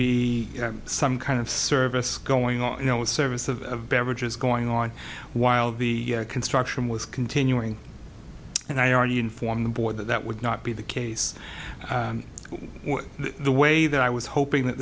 be some kind of service going on you know with service of beverages going on while the construction was continuing and i already informed the board that that would not be the case the way that i was hoping that